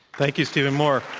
thank you, steven moore.